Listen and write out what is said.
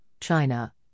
China